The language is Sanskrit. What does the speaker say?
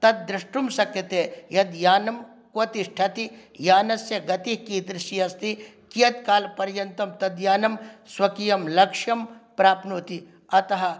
तत् द्रष्टुं शक्यते यत् यानं क्व तिष्ठति यानस्य गतिः कीदृशी अस्ति कियत् कालपर्यन्तं तद् यानं स्वकीयं लक्ष्यं प्राप्नोति अतः